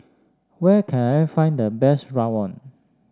where can I find the best rawon